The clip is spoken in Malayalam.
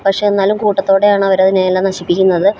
പക്ഷേ എന്നാലും കൂട്ടത്തോടെയാണ് അവരതിനെയെല്ലാം നശിപ്പിക്കുന്നത്